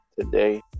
today